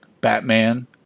Batman